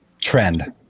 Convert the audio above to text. trend